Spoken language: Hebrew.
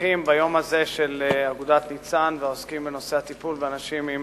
הנוכחים ביום הזה של אגודת "ניצן" והעוסקים בנושא הטיפול באנשים עם